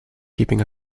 keeping